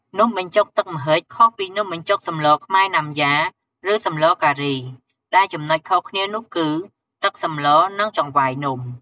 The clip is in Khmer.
នំបញ្ចុកទឹកម្ហិច ខុសពីនំបញ្ចុកសម្លខ្មែរ ណាំយ៉ា ឬ សម្លការី ដែលចំណុចខុសគ្នានោះ គឺ ទឹកសម្ល និង ចង្វាយនំ ។